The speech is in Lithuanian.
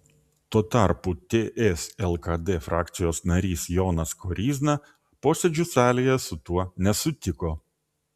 tuo tarpu ts lkd frakcijos narys jonas koryzna posėdžių salėje su tuo nesutiko